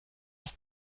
los